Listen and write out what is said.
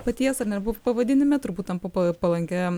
paties ar ne pavadinime turbūt tampa palankia